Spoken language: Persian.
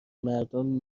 مردم